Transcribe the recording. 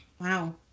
Wow